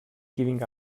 giving